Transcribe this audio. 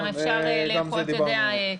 אפשר לאכול כמו בבתי מלון.